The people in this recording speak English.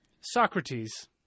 Socrates